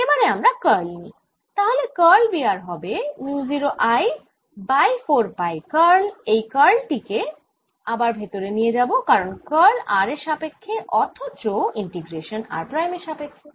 এবার আমরা কার্ল নিই তাহলে কার্ল B r হবে mu 0 I by 4 pi curl এই কার্ল টি কে আবার ভেতরে নিয়ে যাবো কারণ কার্ল r এর সাপেক্ষ্যে অথচ ইন্টিগ্রেশান r প্রাইম এর সাপেক্ষ্যে